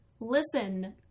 listen